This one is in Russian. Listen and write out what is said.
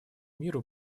миру